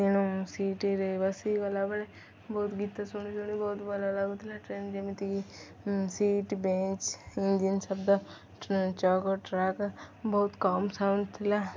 ତେଣୁ ସିଟରେ ବସିକି ଗଲାବେଳେ ବହୁତ ଗୀତ ଶୁଣି ଶୁଣି ବହୁତ ଭଲ ଲାଗୁଥିଲା ଟ୍ରେନ ଯେମିତିକି ସିଟ୍ ବେଞ୍ଚ ଇଞ୍ଜିନ ଶବ୍ଦ ଟ୍ରେନ୍ ଚକ ଟ୍ରାକ ବହୁତ କମ୍ ସାଉଣ୍ଡ ଥିଲା